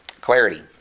Clarity